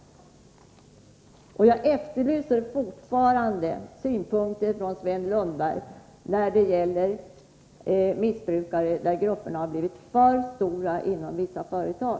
Jag efterlyser fortfarande synpunkter från Sven Lundberg när det gäller missbrukare, eftersom de har blivit för många inom vissa företag.